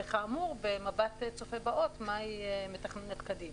וכאמור, במבט צופה באות, מה היא מתכננת קדימה.